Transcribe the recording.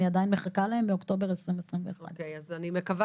אני עדיין מחכה להם מאוקטובר 2021. אני מקווה